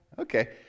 Okay